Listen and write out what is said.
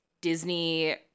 Disney